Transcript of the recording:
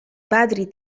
padri